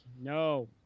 No